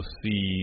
see